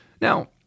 Now